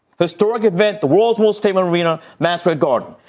historic event, the world's most famous arena mascot. gordon,